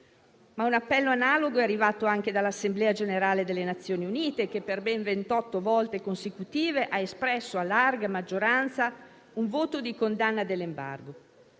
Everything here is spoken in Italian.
Un appello analogo è arrivato anche dall'Assemblea generale delle Nazioni Unite, che per ben 28 volte consecutive ha espresso a larga maggioranza un voto di condanna dell'embargo.